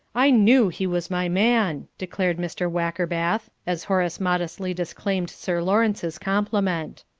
i knew he was my man, declared mr. wackerbath, as horace modestly disclaimed sir lawrence's compliment.